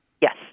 Yes